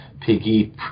Piggy